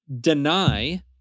deny